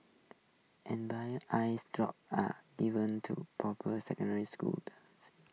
eye drops are given to popper secondary school